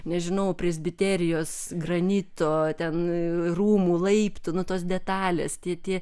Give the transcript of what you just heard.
nežinau presbiterijos granito ten rūmų laiptų nuo tos detalės tie tie